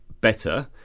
better